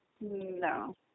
no